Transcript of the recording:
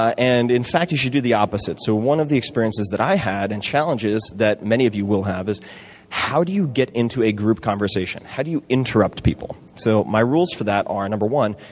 ah and in fact, you should do the opposite. so one of the experiences that i had and challenges that many of you will have, is how do you get into a group conversation? how do you interrupt people? so my rules for that are no. one,